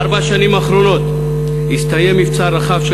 בארבע השנים האחרונות הסתיים מבצע רחב של